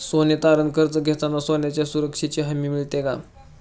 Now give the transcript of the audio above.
सोने तारण कर्ज घेताना सोन्याच्या सुरक्षेची हमी मिळते का?